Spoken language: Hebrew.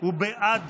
הוא בעד